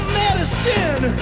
medicine